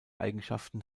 eigenschaften